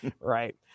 right